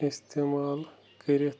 استعمال کٔرِتھ